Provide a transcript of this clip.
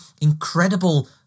incredible